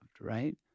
right